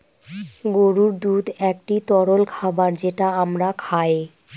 গরুর দুধ একটি তরল খাবার যেটা আমরা খায়